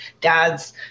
dads